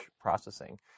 processing